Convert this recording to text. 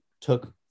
took